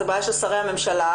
אלא של שרי הממשלה,